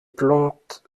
plantes